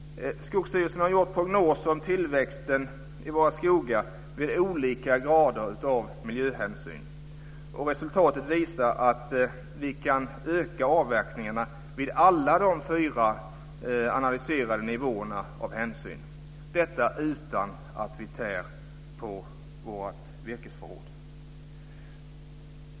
Skogsstyrelsen har gjort prognoser om tillväxten i våra skogar vid olika grader av miljöhänsyn. Resultatet visar att vi kan öka avverkningarna vid alla de fyra analyserade nivåerna av hänsyn, och detta utan att vi tär på vårt virkesförråd.